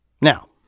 Now